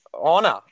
honor